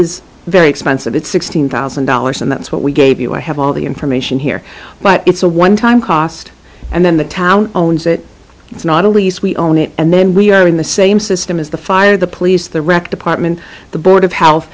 is very expensive it's sixteen thousand dollars and that's what we gave you i have all the information here but it's a one time cost and then the town owns it it's not a lease we own it and then we are in the same system as the fire the police the wrecked department the board of health